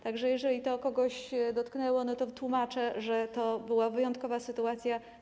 Tak że jeżeli kogoś to dotknęło, to wytłumaczę, że to była wyjątkowa sytuacja.